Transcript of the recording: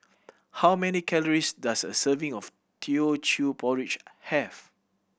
how many calories does a serving of Teochew Porridge have